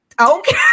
okay